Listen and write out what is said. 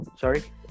sorry